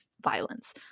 violence